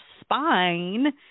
spine